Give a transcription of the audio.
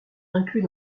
inclus